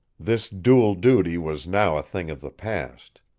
this dual duty was now a thing of the past.